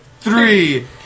Three